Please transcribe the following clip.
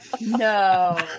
No